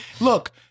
look